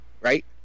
right